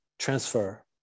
transfer